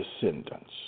descendants